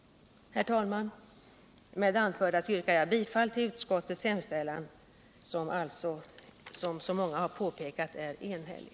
Herr talman! Med det anförda yrkar jag bifall till utskottets hemställan som alltså, som så många påpekat, är enhällig.